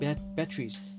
batteries